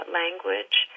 language